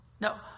No